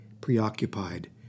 preoccupied